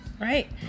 right